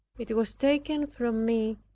it. it was taken from me,